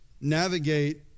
navigate